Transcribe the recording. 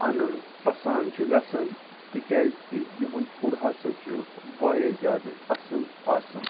اَنُن پسند چھُ گژھان تِکیازِ تہِ یُہنُد فُڈ ہسا چھُ واریاہ زیادٕ اصل آسان